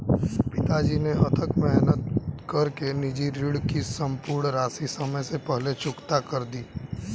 पिताजी ने अथक मेहनत कर के निजी ऋण की सम्पूर्ण राशि समय से पहले चुकता कर दी